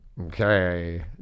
Okay